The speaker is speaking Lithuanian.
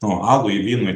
o alui vynui